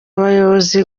abayobozi